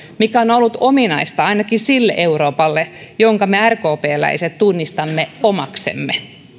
mikä on on ollut ominaista ainakin sille euroopalle jonka me rkpläiset tunnistamme omaksemme